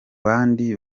bandi